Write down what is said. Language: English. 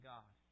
God